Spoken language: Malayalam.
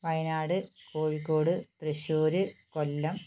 വയനാട് കോഴിക്കോട് തൃശ്ശൂർ കൊല്ലം